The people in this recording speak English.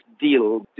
deal